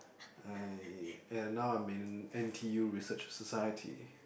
I and now I'm in N_T_U research society